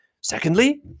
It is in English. Secondly